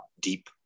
deep